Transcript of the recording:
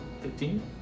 fifteen